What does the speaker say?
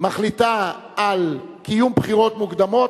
מחליטה על קיום בחירות מוקדמות,